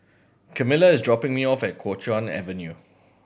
Camila is dropping me off at Kuo Chuan Avenue